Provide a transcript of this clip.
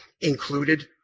included